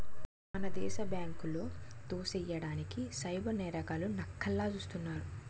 మన దేశ బ్యాంకులో దోసెయ్యడానికి సైబర్ నేరగాళ్లు నక్కల్లా సూస్తున్నారు